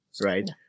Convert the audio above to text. right